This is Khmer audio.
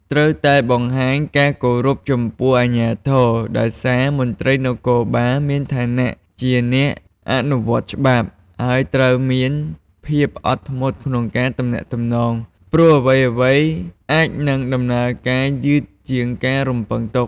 ត្រូវតែបង្ហាញការគោរពចំពោះអាជ្ញាធរ ដោយសារមន្ត្រីនគរបាលមានឋានៈជាអ្នកអនុវត្តច្បាប់ ហើយត្រូវមានភាពអត់ធ្មត់ក្នុងការទំនាក់ទំនង ព្រោះអ្វីៗអាចនឹងដំណើរការយឺតជាងការរំពឹងទុក។